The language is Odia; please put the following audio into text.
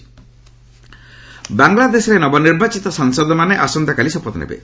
ବାଂଲାଦେଶ ବଂଲାଦେଶରେ ନବନିର୍ବାଚିତ ସାଂସଦମାନେ ଆସନ୍ତାକାଲି ଶପଥ ନେବେ